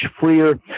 freer